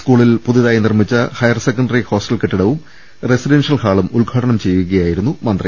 സ്കൂളിൽ പുതി യതായി നിർമ്മിച്ച ഹയർ സെക്കൻ്ററി ഹോസ്റ്റൽ കെട്ടി ടവും റസിഡൻഷ്യൽ ഹാളും ഉദ്ഘാടനം ചെയ്യുകയാ യിരുന്നു മന്ത്രി